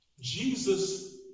Jesus